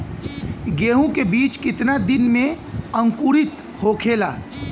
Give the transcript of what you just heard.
गेहूँ के बिज कितना दिन में अंकुरित होखेला?